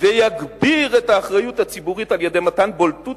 ויגביר את האחריות הציבורית על-ידי מתן בולטות